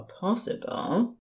possible